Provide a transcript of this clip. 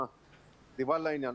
דיברו לעניין.